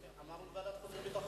לוועדת החוץ והביטחון.